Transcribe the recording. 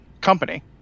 company